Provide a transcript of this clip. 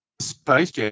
space